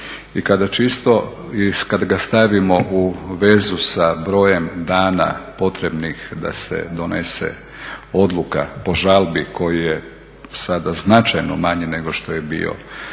i kada ga stavimo u vezu sa brojem dana potrebnih da se donese odluka po žalbi koji je sada značajno manji nego što je bio